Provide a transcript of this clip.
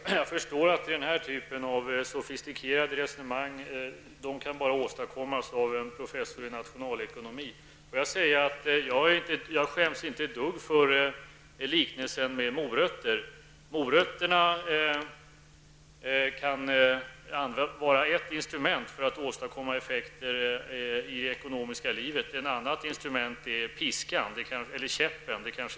Herr talman! Jag förstår att denna typ av sofistikerade resonemang bara kan åstadkommas av en professor i nationalekonomi. Jag skäms inte ett dugg för liknelsen med morötterna. Morötter kan vara ett instrument för att åstadkomma effekter i det ekonomiska livet. Ett annat instrument är piskan eller käppen.